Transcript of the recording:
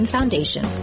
Foundation